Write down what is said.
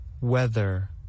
Weather